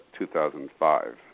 2005